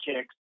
kicks